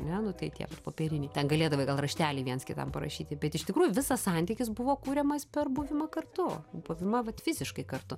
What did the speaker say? ne nu tai tie popieriniai ten galėdavai gal raštelį viens kitam parašyti bet iš tikrųjų visas santykis buvo kuriamas per buvimą kartu buvimą vat fiziškai kartu